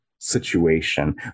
situation